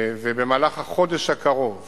ובמהלך החודש הקרוב